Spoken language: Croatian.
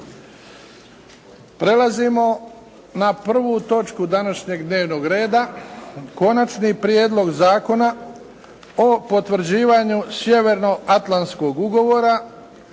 Prelazimo na prvu točku današnjeg dnevnog reda - Konačni prijedlog zakona o potvrđivanju Sjevernoatlantskog ugovora,